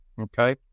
okay